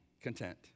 content